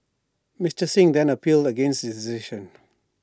Mister Singh then appealed against this decision